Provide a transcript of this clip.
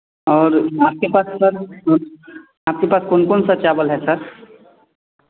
और आपके पास सर आपके पास कौन कौन सा चावल है सर